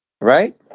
right